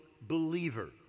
believer